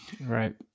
right